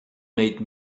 made